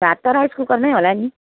भात त राइस कुकरमै होला नि